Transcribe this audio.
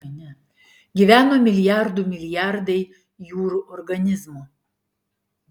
gyveno milijardų milijardai jūrų organizmų